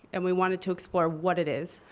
and we wanted to explore what it is.